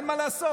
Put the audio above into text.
אין מה לעשות,